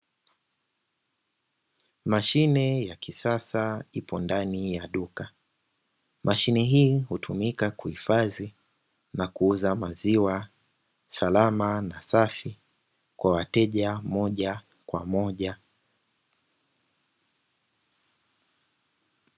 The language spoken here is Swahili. Mashine ya kisasa ipo ndani ya duka; mashine hii hutumika kuhifadhi na kuuza maziwa salama na safi kwa wateja moja kwa moja.